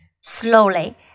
Slowly